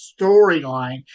storyline